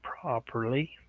properly